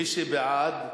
מי שבעד,